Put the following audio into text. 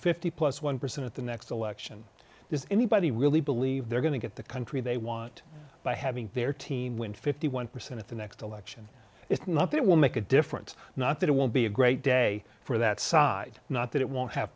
fifty plus one percent of the next election does anybody really believe they're going to get the country they want by having their team win fifty one percent of the next election it's not that it will make a difference not that it will be a great day for that side not that it won't have